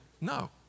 No